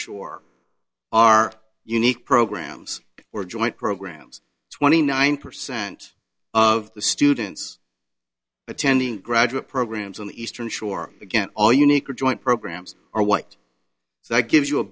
shore are unique programs or joint programs twenty nine percent of the students attending graduate programs on the eastern shore again all unique or joint programs are white so that gives you a